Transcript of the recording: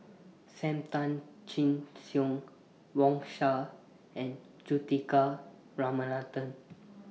SAM Tan Chin Siong Wang Sha and Juthika Ramanathan